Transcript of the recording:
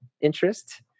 interest